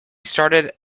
stared